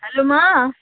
hello মা